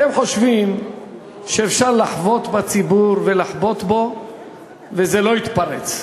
אתם חושבים שאפשר לחבוט בציבור ולחבוט בו וזה לא יתפרץ?